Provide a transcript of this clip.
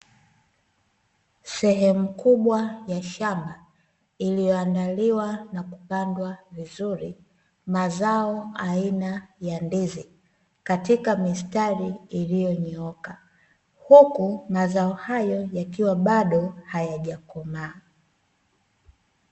Sehemu kubwa ya shamba iliyoandaliwa na kupandwa vizuri mazao aina ya ndizi katika mistari iliyonyooka huku mazao hayo yakiwa bado hayajakomaa.